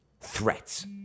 Threats